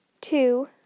Two